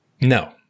No